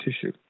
tissue